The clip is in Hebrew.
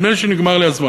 נדמה לי שנגמר לי הזמן.